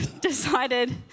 decided